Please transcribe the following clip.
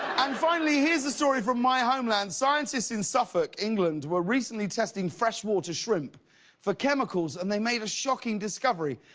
and finally, here the story from my homeland, scientists in suffolk, england were recently testing fresh water shrimp for chemicals and they made a shocking discovery.